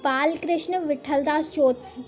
बाल कृष्ण विठल दास जो